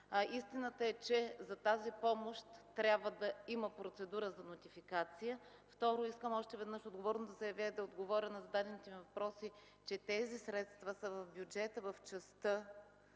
Истината е, че за тази помощ трябва да има процедура за нотификация. Второ, искам още веднъж отговорно да заявя и да отговоря на зададените ми въпроси – тези средства са в бюджета, в частта